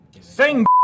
Sing